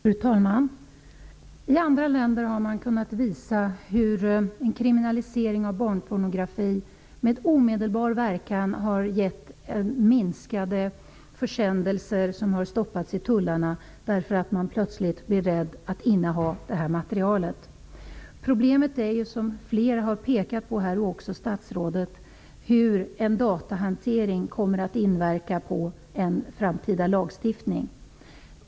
Fru talman! I andra länder har de kunnat visa hur en kriminalisering av barnpornografi omedelbart har gett ett minskat antal försändelser som har stoppats i tullarna, eftersom man plötsligt blir rädd att inneha detta material. Problemet är ju, som bl.a. statsrådet har påpekat, hur en datahantering kommer att inverka på en framtida lagstiftning.